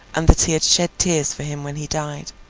and that he had shed tears for him when he died.